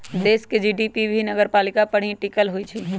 देश के जी.डी.पी भी नगरपालिका पर ही टिकल होई छई